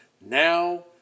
now